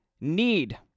need